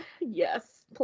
Yes